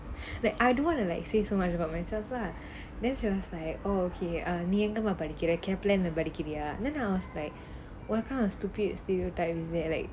like I don't want to like say so much about myself lah then she was like oh okay நீ எங்க மா படிக்கிற:nee enga maa padikkira Kaplan ளனா படிக்கிறியா:lanaa padikiriyaa then I was like what kind of stupid stereotype is that like